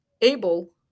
able